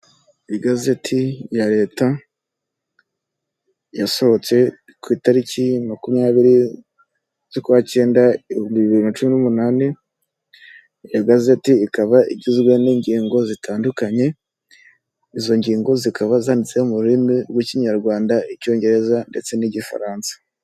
Isoko rinini. Hakaba harimo ibicuruzwa bigiye bitandukanye bibitswe mu tubati. Bimwe muri ibyo bicuruzwa harimo imiti y'ibirahure y'ubwoko butandukanye; ndetse hakabamo n'amasabune y'amazi. Iri duka rikaba rifite amatara yaka umweru.